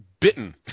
bitten